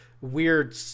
weird